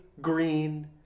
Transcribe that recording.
green